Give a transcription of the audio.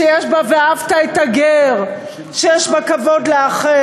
שיש בה ואהבת את הגר, שיש בה כבוד לאחר.